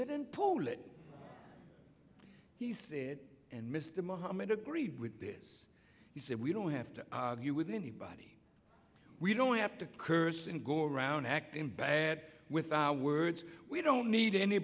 poland he said and mr mohammad agreed with this he said we don't have to argue with anybody we don't have to curse and go around acting bad with our words we don't need any